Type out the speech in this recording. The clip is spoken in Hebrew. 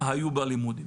היו בלימודים.